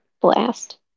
blast